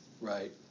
Right